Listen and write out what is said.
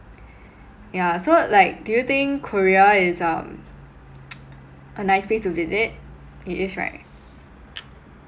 yeah so like do you think Korea is um a nice place to visit it is right